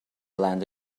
land